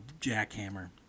Jackhammer